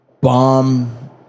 bomb